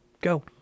go